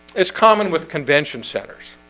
it's common with convention centers